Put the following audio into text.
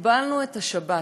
קיבלנו את השבת,